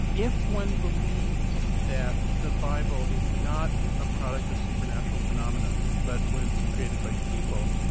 if one believes that the bible is not a product of supernatural phenomenon but was created by people,